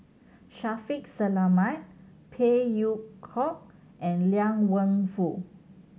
Shaffiq Selamat Phey Yew Kok and Liang Wenfu